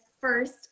first